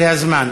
זה הזמן.